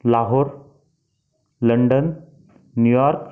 Lahore London New York